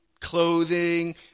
clothing